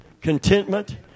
Contentment